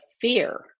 fear